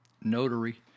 notary